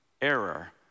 error